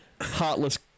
heartless